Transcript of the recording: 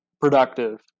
productive